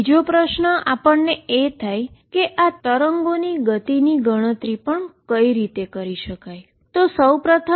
બીજો પ્રશ્ન એ છે કે આ વેવ સ્પીડની પણ ગણતરી કઈ રીતે કરી શકાય